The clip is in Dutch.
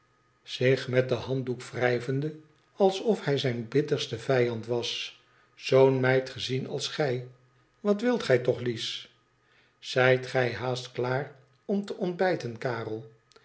zich met den handdoek wrijvende alsof hij zijn bitterste vijand was zoo'n meid gezien als gij wat wilt gij toch lies izijt gij haast klaar om te ontbijten karel